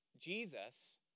Jesus